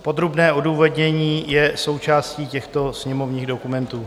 Podrobné odůvodnění je součástí těchto sněmovních dokumentů.